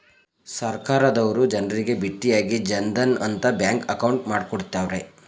ಸರ್ಕಾರದವರು ಜನರಿಗೆ ಬಿಟ್ಟಿಯಾಗಿ ಜನ್ ಧನ್ ಅಂತ ಬ್ಯಾಂಕ್ ಅಕೌಂಟ್ ಮಾಡ್ಕೊಡ್ತ್ತವ್ರೆ